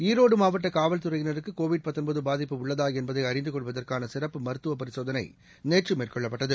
ஈரோடு மாவட்ட காவல்துறையினருக்கு கோவிட் பாதிப்பு உள்ளதா என்பதை அறிந்து கொள்வதற்கான சிறப்பு மருத்துவ பரிசோதனை நேற்று மேற்கொள்ளப்பட்டது